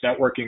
networking